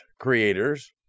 creators